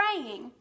praying